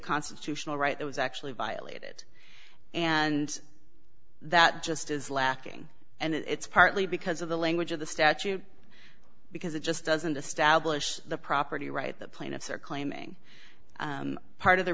constitutional right that was actually violated and that just is lacking and it's partly because of the language of the statute because it just doesn't establish the property right the plaintiffs are claiming part of the